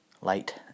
light